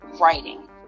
writing